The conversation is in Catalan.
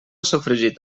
sofregit